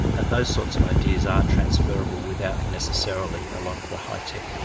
and those sorts of ideas are transferable without necessarily a lot of the high-tech.